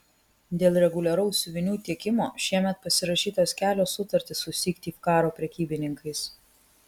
dėl reguliaraus siuvinių tiekimo šiemet pasirašytos kelios sutartys su syktyvkaro prekybininkais